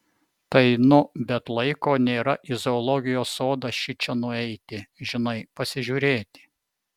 tai nu bet laiko nėra į zoologijos sodą šičia nueiti žinai pasižiūrėti